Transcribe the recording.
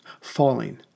falling